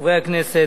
חברי הכנסת,